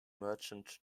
merchant